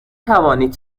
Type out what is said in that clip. توانید